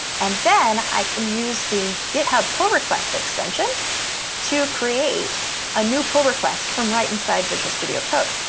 and then i can use the github pull request extension to create a new pull request from right inside visual studio code.